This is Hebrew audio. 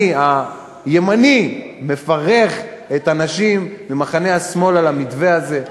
אני הימני מברך את האנשים ממחנה השמאל על המתווה הזה.